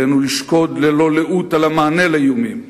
עלינו לשקוד ללא לאות על המענה לאיומים,